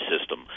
system